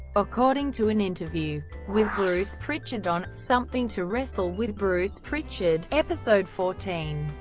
according to an interview with bruce prichard on something to wrestle with bruce prichard, episode fourteen,